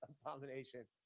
abomination